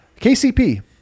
KCP